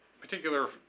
particular